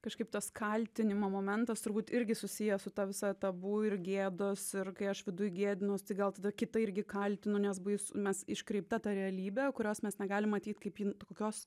kažkaip tas kaltinimo momentas turbūt irgi susiję su ta visa tabu ir gėdos ir kai aš viduj gėdinuos tai gal tada kitą irgi kaltinu nes bais mes iškreipta ta realybė kurios mes negalim matyt kaip jin kokios